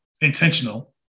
intentional